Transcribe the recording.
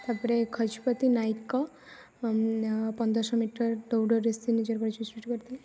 ତା'ପରେ ଖଜପତି ନାୟିକ ପନ୍ଦର ଶହ ମିଟର ଦୌଡ଼ରେ ସେ ନିଜର ପରିଚୟ ସୃଷ୍ଟି କରିଥିଲେ